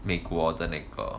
美国的那个